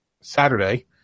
Saturday